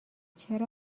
چرا